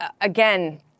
again